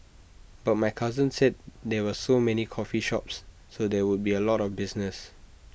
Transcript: but my cousin said there were so many coffee shops so there would be A lot of business